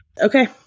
Okay